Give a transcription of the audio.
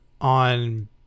on